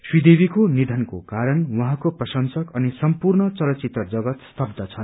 श्री देवीको निधनको कारण उहाँको प्रशंसक अनि सम्पूर्ण चलिचित्र जगत स्तब्य छन्